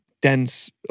dense